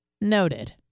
Noted